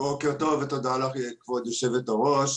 בוקר טוב ותודה לך, כבוד היושבת-ראש.